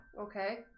Okay